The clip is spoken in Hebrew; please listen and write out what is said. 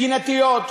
מדינתיות